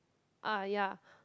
ah ya